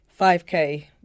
5K